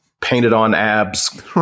painted-on-abs